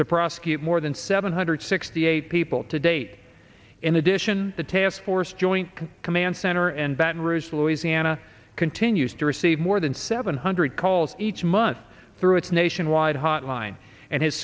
to prosecute more than seven hundred sixty eight people to date in addition the task force joint command center and baton rouge louisiana continues to receive more than seven hundred calls each month through its nationwide hotline and his